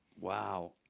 Wow